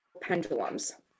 pendulums